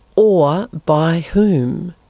or by whom.